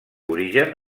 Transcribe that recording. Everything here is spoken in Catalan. origen